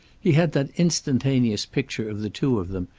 he had that instantaneous picture of the two of them,